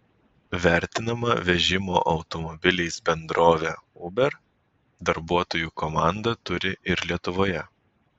vertinama vežimo automobiliais bendrovė uber darbuotojų komandą turi ir lietuvoje